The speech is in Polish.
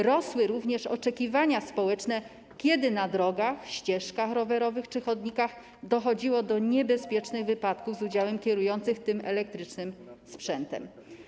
Rosły również oczekiwania społeczne, kiedy na drogach, ścieżkach rowerowych czy chodnikach dochodziło do niebezpiecznych wypadków z udziałem kierujących tym elektrycznym sprzętem.